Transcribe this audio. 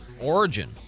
Origin